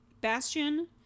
Bastion